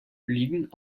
liegen